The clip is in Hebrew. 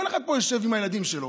כל אחד פה יושב עם הילדים שלו,